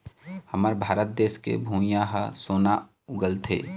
हमर भारत देस के भुंइयाँ ह सोना उगलथे